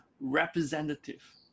representative